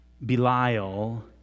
Belial